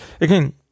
again